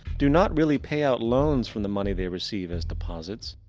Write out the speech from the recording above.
do not really pay out loans for the money, they receive as deposits.